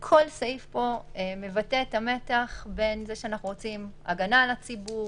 כל סעיף בו מבטא את המתח בין זה שאנחנו רוצים הגנה על הציבור,